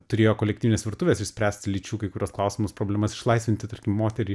turėjo kolektyvinės virtuvės išspręsti lyčių kai kuriuos klausimus problemas išlaisvinti tarkim moterį